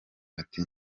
ati